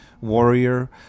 warrior